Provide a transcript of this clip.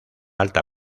alta